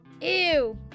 Ew